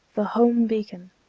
the home-beacon.